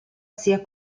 sia